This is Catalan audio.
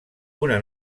una